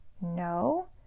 No